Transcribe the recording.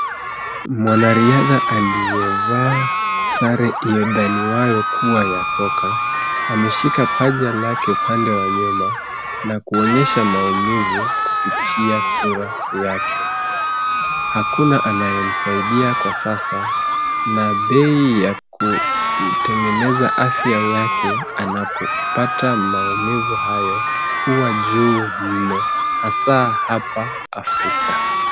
Mwanariadha aliyevaa sare yathaniwayo kuwa ya soka. Ameshika paja lake upande wa nyuma na kuonyesha maumivu kupitia sura yake. Hakuna anayemsaidia kwa sasa. Na bei ya kutengeneza afya yake anapopata maumivu hayo huwa juu mno hasa hapa Afrika.